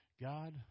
God